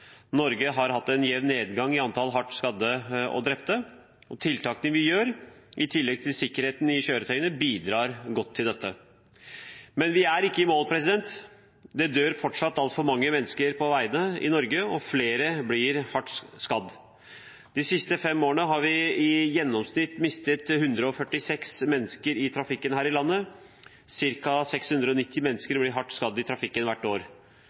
Norge har hatt en jevn nedgang i antall hardt skadde og drepte. Tiltakene vi iverksetter, i tillegg til sikkerheten i kjøretøyene, bidrar godt til dette. Men vi er ikke i mål. Det dør fortsatt altfor mange mennesker på veiene i Norge, og flere blir hardt skadd. De siste fem årene har vi i gjennomsnitt mistet 146 mennesker i trafikken her i landet. Cirka 690 mennesker blir hardt skadd i trafikken hvert år.